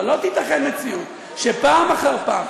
אבל לא תיתכן מציאות שפעם אחר פעם,